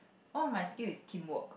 all of my skill is teamwork